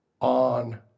on